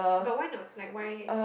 but why not like why